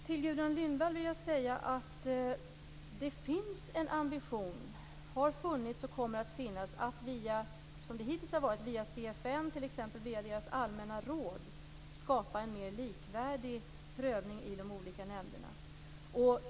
Till Gudrun Lindvall vill jag säga att det finns, har funnits och kommer att finnas en ambition att via CFN och dess allmänna råd skapa en mer likvärdig prövning i de olika nämnderna.